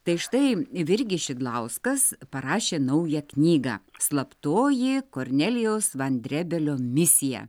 tai štai virgis šidlauskas parašė naują knygą slaptoji kornelijaus vandrėbelio misija